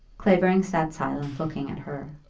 clavering sat silent looking at her.